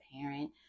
parent